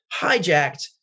hijacked